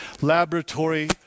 laboratory